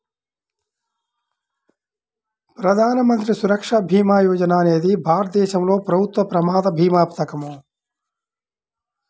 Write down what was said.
ప్రధాన మంత్రి సురక్ష భీమా యోజన అనేది భారతదేశంలో ప్రభుత్వ ప్రమాద భీమా పథకం